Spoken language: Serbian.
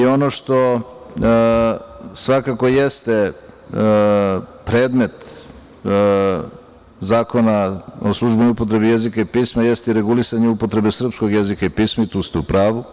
Ono što svakako jeste predmet Zakona o službenoj upotrebi jezika i pisma jeste i regulisanje upotrebe srpskog jezika i pisma i tu ste u pravu.